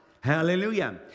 Hallelujah